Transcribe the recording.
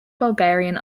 bulgarian